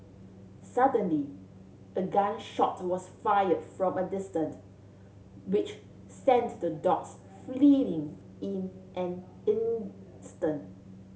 suddenly a gun shot was fire from a distant which sent the dogs fleeing in an instant